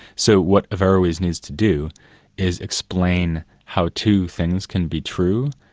so, what averroes needs to do is explain how two things can be true,